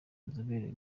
nzobere